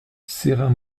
serin